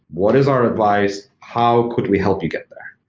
what is our advice? how could we help you get there?